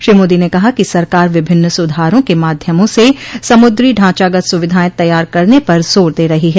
श्रो मोदी ने कहा कि सरकार विभिन्न सुधारों के माध्यमों से समुद्री ढांचागत सुविधाएं तैयार करने पर जोर दे रही है